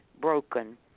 broken